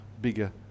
bigger